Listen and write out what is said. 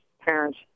parents